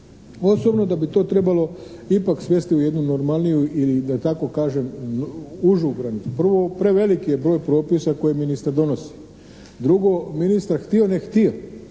osobno da bi to trebalo ipak svesti u jednu normalniju ili da tako kažem užu granicu. Prvo, preveliki je broj propisa koje ministar donosi. Drugo, ministar htio, ne htio